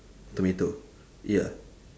tomato ya